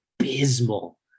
abysmal